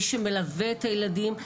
מי שמלווה את הילדים,